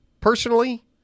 personally